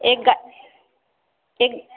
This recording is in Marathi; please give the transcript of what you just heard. एक गा एक